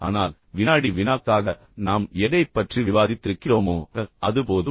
ஆனால் வினாடி வினாக்காக நாம் எதைப் பற்றி விவாதித்திருக்கிறோமோ அது போதும்